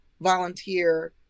volunteer